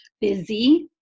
busy